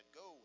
go